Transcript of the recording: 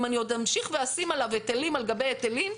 אם אני עוד אמשיך ואשים עליו היטלים על גבי היטלים,